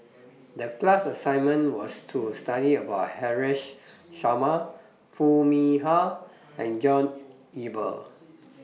The class assignment was to study about Haresh Sharma Foo Mee Har and John Eber